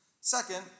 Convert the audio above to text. Second